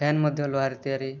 fan ମଧ୍ୟ ଲୁହାରେ ତିଆରି